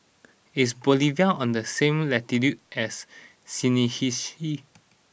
is Bolivia on the same latitude as Seychelles